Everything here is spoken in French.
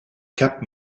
cap